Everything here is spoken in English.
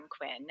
Quinn